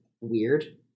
weird